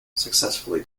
successfully